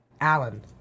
Alan